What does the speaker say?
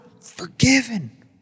forgiven